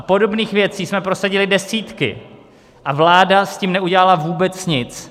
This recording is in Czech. Podobných věcí jsme prosadili desítky a vláda s tím neudělala vůbec nic.